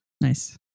Nice